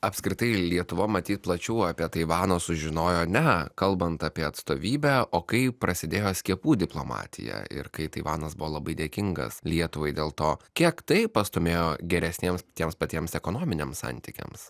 apskritai lietuva matyt plačiau apie taivano sužinojo ne kalbant apie atstovybę o kai prasidėjo skiepų diplomatija ir kai taivanas buvo labai dėkingas lietuvai dėl to kiek tai pastūmėjo geresniems tiems patiems ekonominiams santykiams